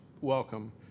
welcome